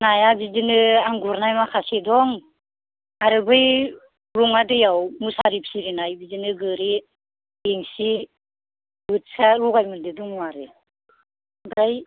नाया बिदिनो आं गुरनाय माखासे दं आरो बै लङा दैयाव मुसारि फिरिनाय बिदिनो गोरि बेंसि बोथिया लगाय मोनदेर दङ आरो ओमफ्राय